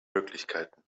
möglichkeiten